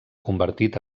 convertit